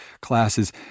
classes